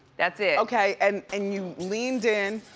that's it. okay and and you leaned in.